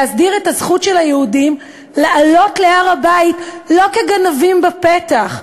להסדיר את הזכות של היהודים לעלות להר-הבית לא כגנבים בפתח,